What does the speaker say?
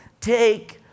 take